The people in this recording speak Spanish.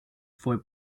fue